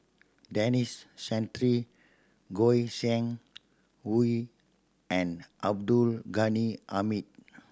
Denis Santry Goi Seng Hui and Abdul Ghani Hamid